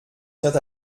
tient